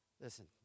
Listen